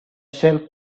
shelf